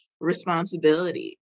responsibility